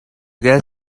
gas